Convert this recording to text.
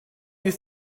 you